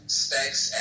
specs